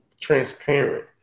transparent